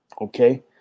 Okay